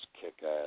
kick-ass